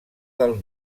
del